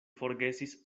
forgesis